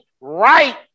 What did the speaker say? right